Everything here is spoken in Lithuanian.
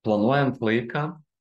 planuojant laiką